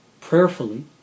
prayerfully